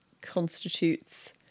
constitutes